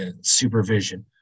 supervision